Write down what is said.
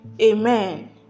Amen